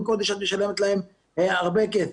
עם כל זה שאת משלמת להם הרבה כסף,